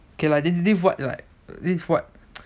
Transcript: okay lah this is what like this is what